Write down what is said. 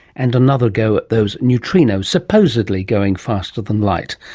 and another go at those neutrinos, supposedly going faster than light,